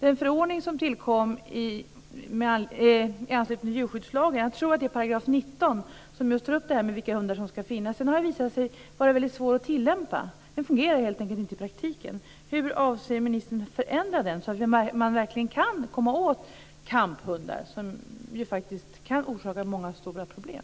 Den förordning som har tillkommit i anslutning till djurskyddslagen - jag tror att det är i § 19 som frågan om vilka hundar det gäller behandlas - har visat sig vara svår att tillämpa. Den fungerar inte i praktiken. Hur avser ministern att förändra förordningen så att det verkligen går att komma åt kamphundar som kan åstadkomma stora problem?